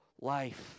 life